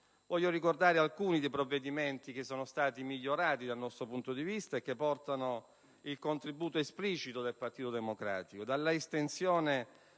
Vorrei ricordare alcuni provvedimenti che sono stati migliorati dal nostro punto di vista e che portano il contributo esplicito del Partito Democratico: l'estensione